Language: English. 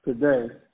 Today